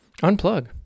Unplug